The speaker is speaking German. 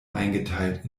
eingeteilt